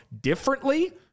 differently